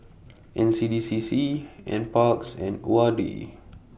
N C D C C N Parks and O R D